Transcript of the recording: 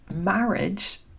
marriage